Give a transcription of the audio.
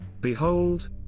Behold